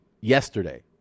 yesterday